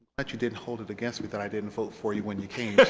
that you didn't hold it against me that i didn't vote for you when you came